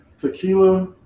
Tequila